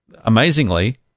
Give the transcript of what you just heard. amazingly